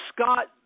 Scott